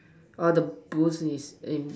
are the blues is in